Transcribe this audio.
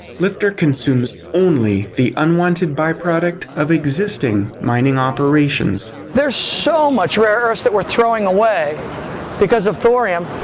lftr consumes only the unwanted byproduct of existing mining operations. there's so much rare earths that we're throwing away because of thorium.